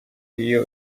iyo